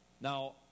Now